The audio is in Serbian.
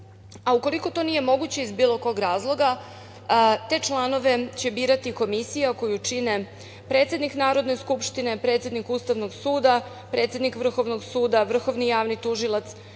potreban. Ukoliko to nije moguće iz bilo kog razloga, te članove će birati komisija koju čine predsednik Narodne skupštine, predsednik Ustavnog suda, predsednik Vrhovnog suda, Vrhovni javni tužilac